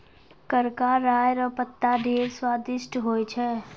करका राय रो पत्ता ढेर स्वादिस्ट होय छै